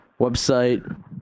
website